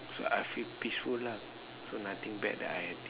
so I feel peaceful ah so nothing bad that I had